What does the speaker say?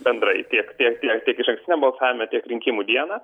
bendrai tiek tiek išankstiniam balsavime tiek rinkimų dieną